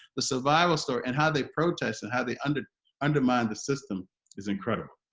the survival story, and how they protest, and how they and undermine the system is incredible.